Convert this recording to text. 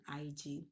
IG